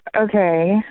Okay